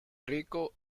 rico